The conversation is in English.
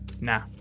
Nah